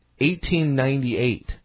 1898